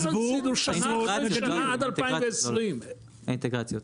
הלולנים הפסידו שנה אחרי שנה עד 2020. האינטגרציות.